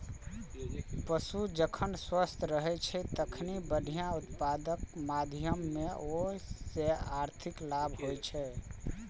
पशु जखन स्वस्थ रहै छै, तखने बढ़िया उत्पादनक माध्यमे ओइ सं आर्थिक लाभ होइ छै